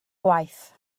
gwaith